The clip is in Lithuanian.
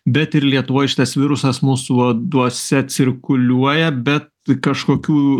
bet ir lietuvoj šitas virusas mūsų uoduose cirkuliuoja bet kažkokių